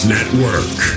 Network